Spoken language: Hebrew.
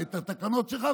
את התקנות שלך,